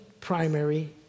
primary